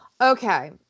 Okay